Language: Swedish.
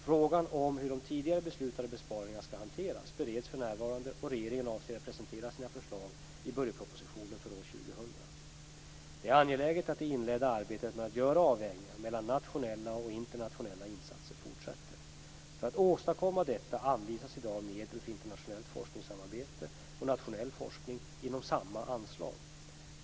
Frågan om hur de tidigare beslutade besparingarna skall hanteras bereds för närvarande och regeringen avser att presentera sitt förslag i budgetpropositionen för år Det är angeläget att det inledda arbetet med att göra avvägningar mellan nationella och internationella insatser fortsätter. För att åstadkomma detta anvisas i dag medel för internationellt forskningssamarbete och nationell forskning inom samma anslag.